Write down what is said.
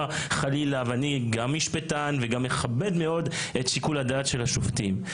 חלילה' ואני גם משפטן וגם מכבד מאוד את שיקול הדעת של השופטים,